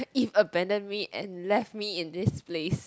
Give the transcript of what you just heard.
Eve abandon me and left me in this place